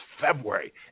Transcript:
February